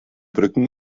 brücken